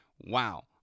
Wow